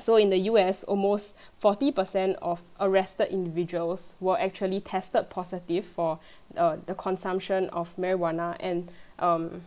so in the U_S almost forty percent of arrested individuals were actually tested positive for uh the consumption of marijuana and um